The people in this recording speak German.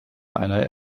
einer